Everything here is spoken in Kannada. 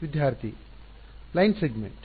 ವಿದ್ಯಾರ್ಥಿ ಸಾಲು ವಿಭಾಗ ಲೈನ್ ಸಿಗ್ಮೆಂಟ್